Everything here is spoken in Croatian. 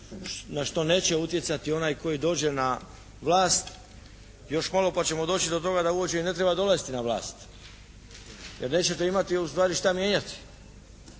na što neće utjecati onaj koji dođe na vlast još malo da ćemo doći do toga da uopće ne treba dolaziti na vlast. Jer nećete imati ustvari šta mijenjati.